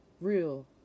real